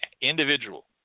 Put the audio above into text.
individual